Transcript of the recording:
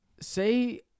Say